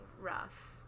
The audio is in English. rough